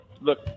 look